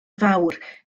fawr